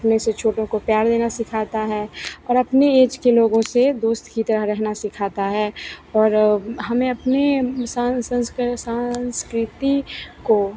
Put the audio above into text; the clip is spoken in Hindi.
अपने से छोटों को प्यार देना सिखाता है और अपने एज के लोगों से दोस्त की तरह रहना सिखाता है और हमें अपने सांस सांस्कृति को